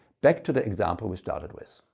back to the example we started with.